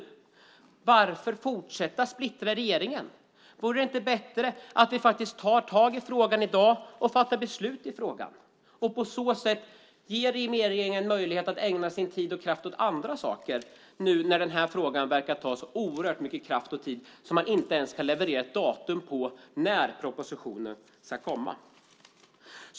Varför ska man fortsätta och splittra regeringen? Vore det inte bättre att vi faktiskt tar tag i frågan i dag och fattar beslut i frågan och på så sätt ger regeringen möjlighet att ägna sin tid och kraft åt andra saker nu när denna fråga verkar ta så oerhört mycket kraft och tid att man inte ens kan leverera ett datum för när propositionen ska komma?